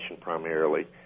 primarily